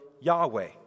Yahweh